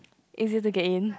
easier to get in